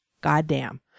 Goddamn